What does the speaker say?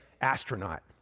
astronaut